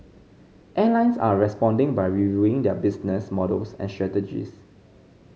airlines are responding by reviewing their business models and strategies